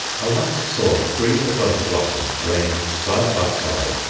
i once saw three odontoglossums ranged side by side,